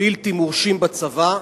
בלתי מורשים בצבא,